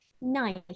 nice